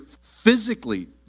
physically